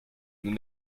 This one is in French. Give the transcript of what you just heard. nous